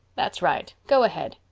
that's right. go ahead.